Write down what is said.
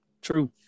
True